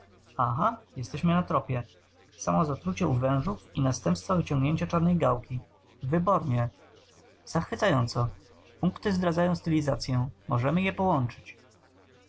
aha jesteśmy na tropie samozatrucie u wężów i następstwa wyciągnięcia czarnej gałki wybornie zachwycająco punkty zdradzają stylizacyę możemy je połączyć